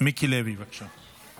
מיקי לוי, בבקשה.